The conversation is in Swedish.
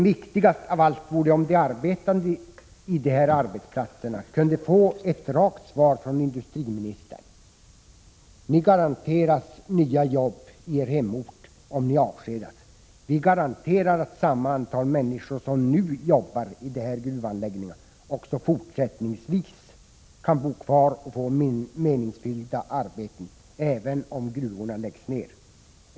Viktigast av allt vore emellertid om de som arbetar på dessa arbetsplatser kunde få ett rakt svar från industriministern: Ni garanteras nya jobb i er hemort om ni avskedas. Vi garanterar att samma antal människor som nu jobbar i de här gruvanläggningarna också fortsättningsvis kan bo kvar och få meningsfyllda arbeten även om gruvorna läggs ner.